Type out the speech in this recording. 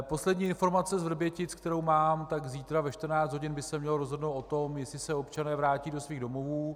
Poslední informace z Vrbětic, kterou mám: zítra ve 14 hodin by se mělo rozhodnout o tom, jestli se občané vrátí do svých domovů.